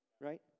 right